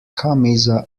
camisa